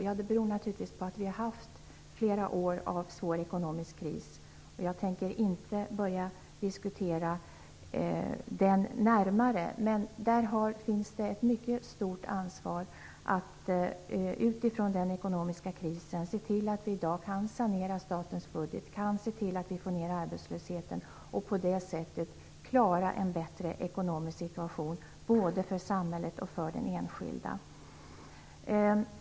Jo, det beror naturligtvis på att vi har haft flera år av svår ekonomisk kris. Jag tänker inte börja diskutera den närmare nu. Men det finns ett mycket stort ansvar att utifrån den ekonomiska krisen se till att vi kan sanera statens budget, få ned arbetslösheten och på det sättet klara en bättre ekonomisk situation, både för samhället och för den enskilde.